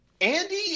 Andy